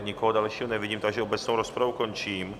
Nikoho dalšího nevidím, takže obecnou rozpravu končím.